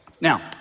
Now